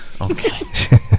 Okay